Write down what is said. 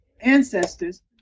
ancestors